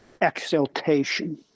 exaltation